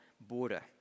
border